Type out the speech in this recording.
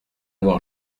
avoir